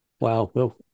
Wow